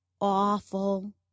awful